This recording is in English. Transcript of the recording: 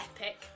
epic